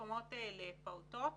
במעונות לפעוטות